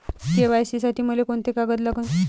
KYC साठी मले कोंते कागद लागन?